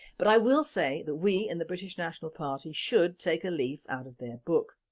but i will say that we in the british national party should take a leaf out of their book,